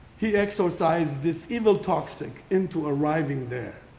he exorcises this evil toxic into arriving there.